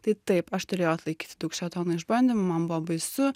tai taip aš turėjau atlaikyti daug šėtono išbandymų man buvo baisu